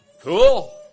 Cool